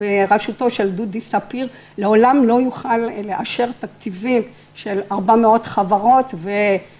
בראשותו של דודי ספיר לעולם לא יוכל לאשר תקציבים של ארבע מאות חברות